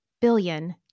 billion